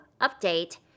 update